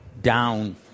down